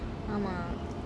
ஆமா:ama